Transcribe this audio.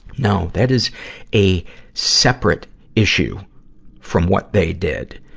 no. that is a separate issue from what they did.